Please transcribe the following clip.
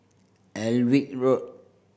Alnwick Road